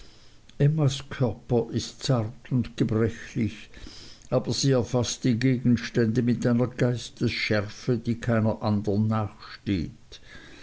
emmas körper ist zart und gebrechlich aber sie erfaßt die gegenstände mit einer geistesschärfe die keiner andern nachsteht